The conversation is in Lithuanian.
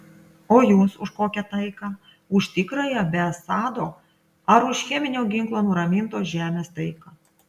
o jūs už kokią taiką už tikrąją be assado ar už cheminio ginklo nuramintos žemės taiką